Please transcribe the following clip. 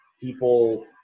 people